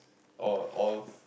or all